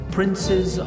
Princes